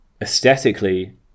aesthetically